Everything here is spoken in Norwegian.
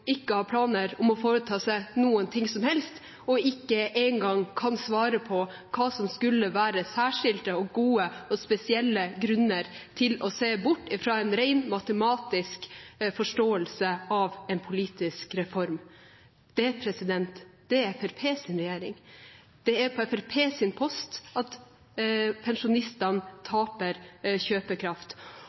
ikke har planer om å foreta seg noen ting som helst, og ikke engang kan svare på hva som skulle være særskilte, gode og spesielle grunner til å se bort fra en ren matematisk forståelse av en politisk reform? Det er Fremskrittspartiets regjering. Det er på Fremskrittspartiets post pensjonistene taper kjøpekraft.